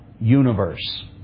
universe